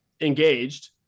engaged